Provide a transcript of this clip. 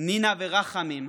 נינה ורחמים,